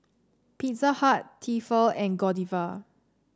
Pizza Hut Tefal and Godiva